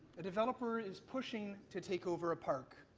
a developer is pushing to take over a park,